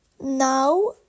now